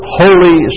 holy